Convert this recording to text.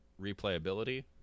replayability